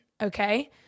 okay